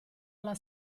alla